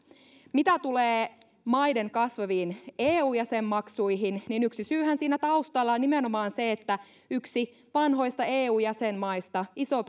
mitä tulee maiden kasvaviin eu jäsenmaksuihin niin yksi syyhän siinä taustalla on nimenomaan se että yksi vanhoista eu jäsenmaista iso